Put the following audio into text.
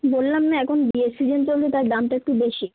বললাম না এখন বিয়ের সিজন চলছে তাই দামটা একটু বেশি